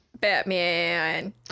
Batman